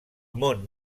món